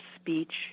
speech